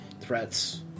threats